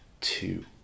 two